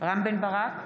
רם בן ברק,